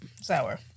sour